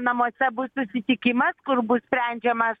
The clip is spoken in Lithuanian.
namuose bus susitikimas kur bus sprendžiamas